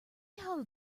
how